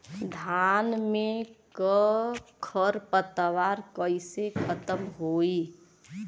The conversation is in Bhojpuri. धान में क खर पतवार कईसे खत्म होई?